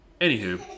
anywho